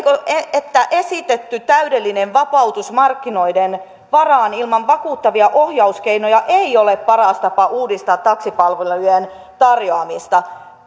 että esitetty täydellinen vapautus markkinoiden varaan ilman vakuuttavia ohjauskeinoja ei ole paras tapa uudistaa taksipalvelujen tarjoamista